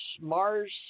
Mars